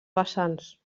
vessants